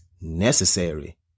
necessary